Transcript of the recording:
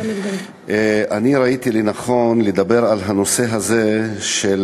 אני ראיתי לנכון לדבר על הנושא הזה של